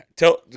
Tell